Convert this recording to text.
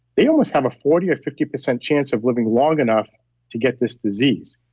they almost have a forty or fifty percent chance of living long enough to get this disease.